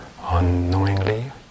unknowingly